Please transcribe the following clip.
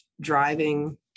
driving